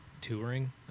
touring